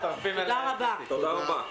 תודה רבה.